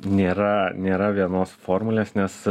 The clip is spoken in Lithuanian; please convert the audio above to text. nėra nėra vienos formulės nes